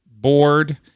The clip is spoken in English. board